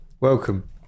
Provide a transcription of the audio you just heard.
Welcome